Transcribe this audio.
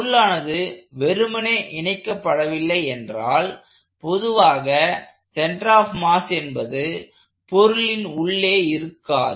பொருளானது வெறுமனே இணைக்கப்படவில்லை என்றால் பொதுவாக சென்டர் ஆப் மாஸ் என்பது பொருளின் உள்ளே இருக்காது